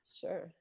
sure